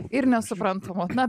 ir nesuprantamų na